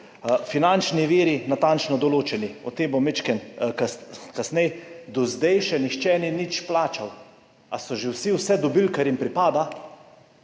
Finančni viri natančno določeni, o tem bom majčkeno kasneje, do zdaj še nihče ni nič plačal, ali so že vsi vse dobili, kar jim pripada.